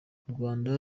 rwanda